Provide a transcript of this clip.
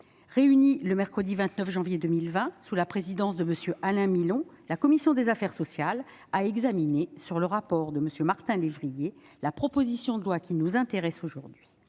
Réunie le mercredi 29 janvier 2020, sous la présidence de M. Alain Milon, la commission des affaires sociales a examiné, sur le rapport de M. Martin Lévrier, la proposition de loi qui nous intéresse aujourd'hui.